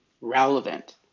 relevant